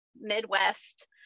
Midwest